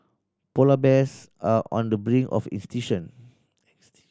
polar bears are on the brink of extinction